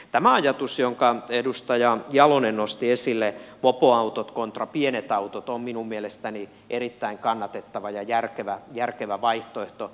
tämä ajatus jonka edustaja jalonen nosti esille mopoautot kontra pienet autot on minun mielestäni erittäin kannatettava ja järkevä vaihtoehto